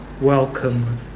Welcome